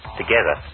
together